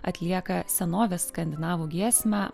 atlieka senovės skandinavų giesmę